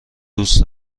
دوست